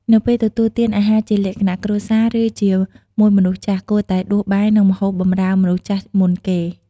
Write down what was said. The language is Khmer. នៅពេលទទួលទានអាហារជាលក្ខណៈគ្រួសារ ឬជាមួយមនុស្សចាស់ គួរតែដួសបាយនិងម្ហូបបម្រើមនុស្សចាស់មុនគេ។